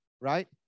right